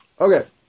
Okay